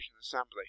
Assembly